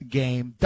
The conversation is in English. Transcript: game